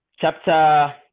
chapter